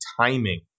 timing